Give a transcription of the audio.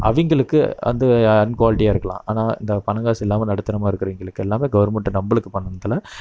அவங்களுக்கு வந்து அன்குவாலிட்டியாக இருக்கலாம் ஆனால் பணம் காசு இல்லாமல் நடுத்தரமாக இருக்கிறவங்களுக்கு எல்லாமே கவர்மெண்ட்டு நம்மளுக்கு பண்ணத்தில்